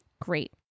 Great